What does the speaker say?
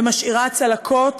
ומשאירה צלקות